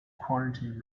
quarantine